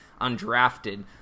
undrafted